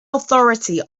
authority